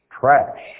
trash